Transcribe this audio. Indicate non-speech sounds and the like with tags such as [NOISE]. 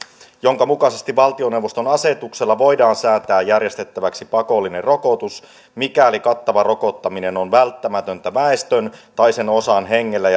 jonka mukaisesti valtioneuvoston asetuksella voidaan säätää järjestettäväksi pakollinen rokotus mikäli kattava rokottaminen on välttämätöntä väestön tai sen osan hengelle [UNINTELLIGIBLE]